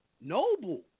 noble